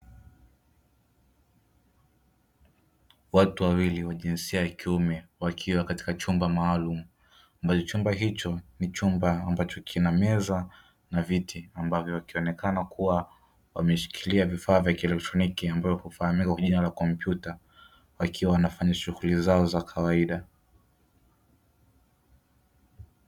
Watu wawili wa jinsia ya kiume wakiwa katika chumba maalumu, ambacho chumba hicho ni chumba ambacho kina meza na viti, ambavyo wakionekana kuwa wameshikilia vifaa vya kieletroniki ambavyo hufahamika kwa jina la kompyuta wakiwa wanafanya shughuli zao za kawaida.